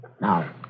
Now